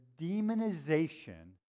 demonization